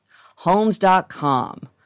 Homes.com